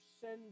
send